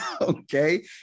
okay